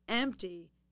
empty